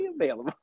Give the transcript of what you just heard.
available